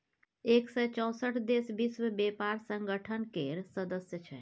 एक सय चौंसठ देश विश्व बेपार संगठन केर सदस्य छै